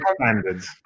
standards